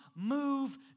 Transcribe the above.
move